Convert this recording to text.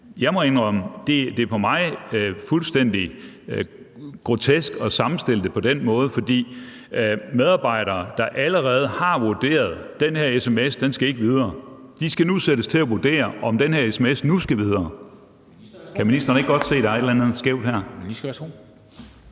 Jeg må indrømme, at det for mig er fuldstændig grotesk at sammenstille det på den måde, for medarbejdere, der allerede har vurderet, at en sms ikke skal videre, skal nu sættes til at vurdere, om sms'en nu skal videre. Kan ministeren ikke godt se, at der er et eller andet skævt her?